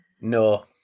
No